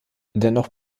dennoch